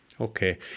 Okay